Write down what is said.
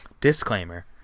disclaimer